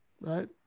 right